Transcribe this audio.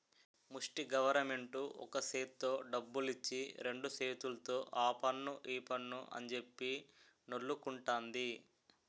ముస్టి గవరమెంటు ఒక సేత్తో డబ్బులిచ్చి రెండు సేతుల్తో ఆపన్ను ఈపన్ను అంజెప్పి నొల్లుకుంటంది